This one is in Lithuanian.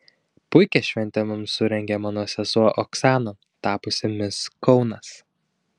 puikią šventę mums surengė mano sesuo oksana tapusi mis kaunas